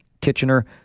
Kitchener